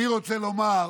אני רוצה לומר,